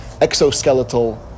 exoskeletal